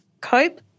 cope